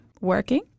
working